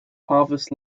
harvest